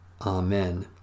Amen